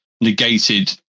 negated